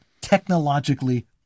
technologically